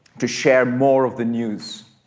to share more of the news.